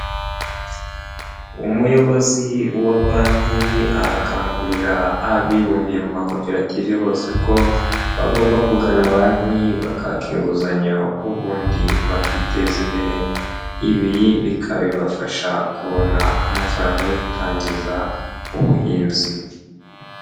Umuyobozi wa banki arakangurira abibumbiye mu makoperative bose ko bagomba kugana banki bakaka inguzanyo ubundi bakiteza imbere, ibi bikaba bibafasha kubona amafaranga yo gutangiza ubuhinzi.